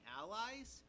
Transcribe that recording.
allies